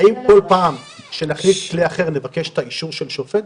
האם כל פעם שנחליף כלי אחר נבקש את האישור של שופט?